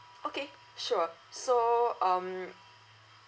okay sure so um